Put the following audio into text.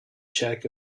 check